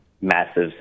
massive